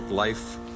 Life